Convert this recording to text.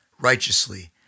righteously